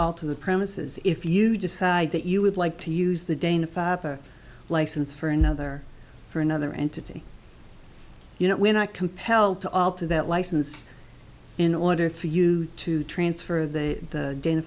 alter the premises if you decide that you would like to use the dana farber license for another for another entity you know we're not compelled to alter that license in order for you to transfer the